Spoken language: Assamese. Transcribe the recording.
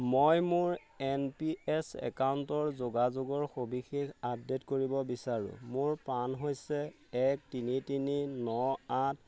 মই মোৰ এন পি এছ একাউণ্টৰ যোগাযোগৰ সবিশেষ আপডেট কৰিব বিচাৰোঁ মোৰ পান হৈছে এক তিনি তিনি ন আঠ